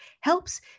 helps